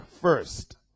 first